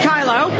Kylo